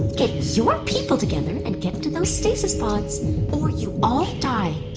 get your people together and get into those stasis pods or you all die